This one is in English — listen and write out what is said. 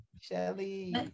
Shelly